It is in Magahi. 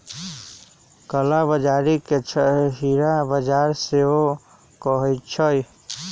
कला बजारी के छहिरा बजार सेहो कहइ छइ